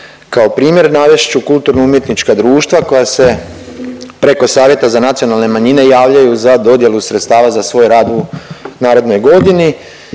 Kao primjer navest ću kulturno umjetnička društva koja se preko Savjeta za nacionalne manjine javljaju za dodjelu sredstava za svoj rad u narednoj godini